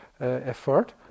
effort